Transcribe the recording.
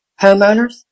homeowners